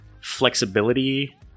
flexibility